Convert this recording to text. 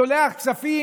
שולח כספים?